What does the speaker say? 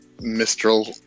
mistral